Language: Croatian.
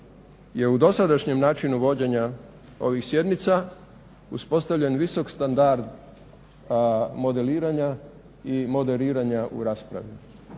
je u dosadašnjem načinu vođenja ovih sjednica uspostavljen visok standard modeliranja i moderiranja u raspravi